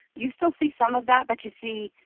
you still see some of that, but you see,